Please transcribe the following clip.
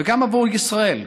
וגם עבור ישראל,